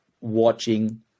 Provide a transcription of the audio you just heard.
watching